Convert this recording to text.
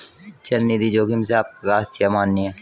चल निधि जोखिम से आपका क्या आशय है, माननीय?